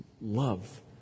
love